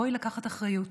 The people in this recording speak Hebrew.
בואי לקחת אחריות.